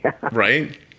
Right